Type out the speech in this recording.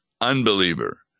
unbeliever